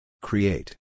Create